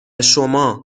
شما